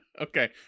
Okay